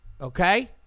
okay